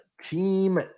team